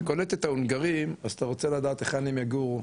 קולט את ההונגרים אז אתה רוצה לדעת היכן הם יגורו,